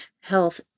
health